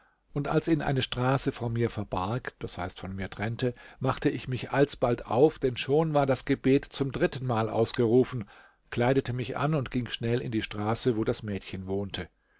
und als ihn eine straße vor mir verbarg d h von mir trennte machte ich mich alsbald auf denn schon war das gebet zum drittenmal ausgerufen kleidete mich an und ging schnell in die straße wo das mädchen wohnte